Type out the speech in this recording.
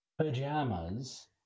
pajamas